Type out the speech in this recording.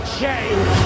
change